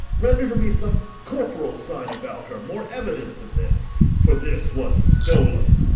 render to me some corporal sign about her, more evident than this for this was stol'n.